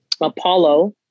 Apollo